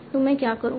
तो मैं क्या करूंगा